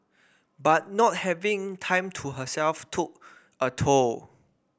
but not having time to herself took a toll